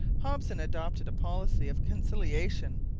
hopson adopted a policy of conciliation.